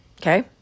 okay